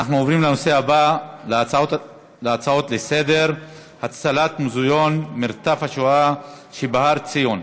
נעבור להצעות לסדר-היום בנושא: הצלת מוזיאון "מרתף השואה" שבהר-ציון,